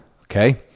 Okay